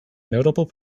notable